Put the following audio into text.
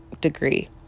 degree